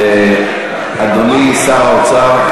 אדוני שר האוצר,